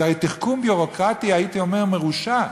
זה תחכום ביורוקרטי, הייתי אומר, מרושע.